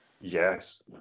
Yes